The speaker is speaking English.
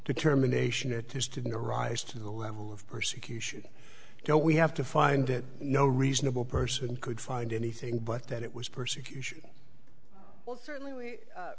determination that is to be a rise to the level of persecution don't we have to find that no reasonable person could find anything but that it was persecution well certainly